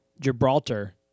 Gibraltar